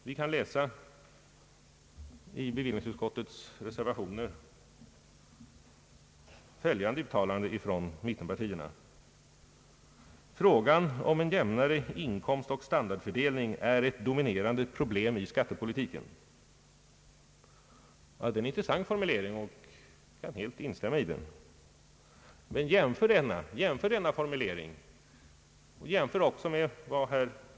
Vi kan bland reservationerna till bevillningsutskottets betänkande läsa följande uttalande från mittenpartierna: »Frågan om en jämnare inkomstoch standardfördelning är ett dominerande problem i skattepolitiken.» Det är en intressant formulering, och jag kan helt instämma i den. Men jämför denna formulering och vad herrar Dahlén, Bengtson och Ang.